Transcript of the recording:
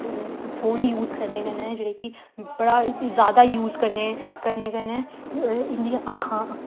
phone गै use करने कन्नै जेह्ड़ी की जादा यूज़ करने कन्नै इं